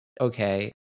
okay